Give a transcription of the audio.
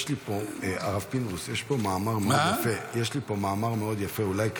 יש לי פה, הרב פינדרוס, יש לי פה מאמר יפה מאוד.